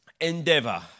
Endeavor